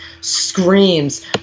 screams